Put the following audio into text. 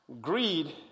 greed